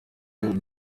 ari